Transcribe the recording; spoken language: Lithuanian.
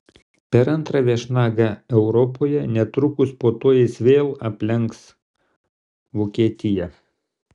per antrą viešnagę europoje netrukus po to jis vėl aplenks vokietiją